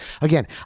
Again